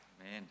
Amen